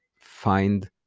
find